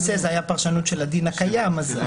כי למעשה זו הייתה פרשנות של הדין הקיים אז...